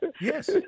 yes